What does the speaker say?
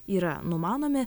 yra numanomi